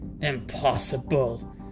Impossible